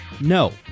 No